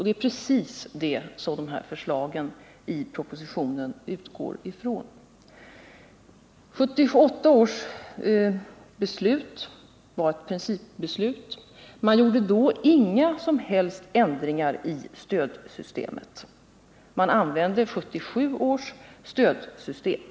Det är precis vad förslagen i propositionen utgår ifrån. 1978 års beslut var ett principbeslut. Man gjorde inga som helst ändringar i stödsystemet, utan man använde 1977 års stödsystem.